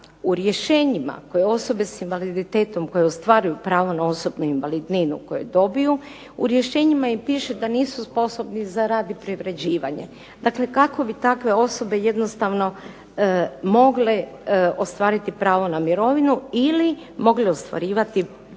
u rješenjima koje osobe s invaliditetom koje ostvaruju pravo na osobnu invalidninu koju dobiju, u rješenjima im piše da nisu sposobni za rad i privređivanje. Dakle, kako bi takve osobe jednostavno mogle ostvariti pravo na mirovinu ili mogle ostvariti prihod